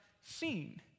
seen